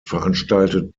veranstaltet